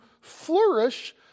flourish